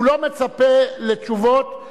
הוא לא מצפה לתשובות,